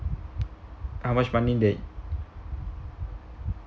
how much money that